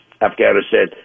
Afghanistan